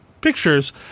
pictures